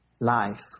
life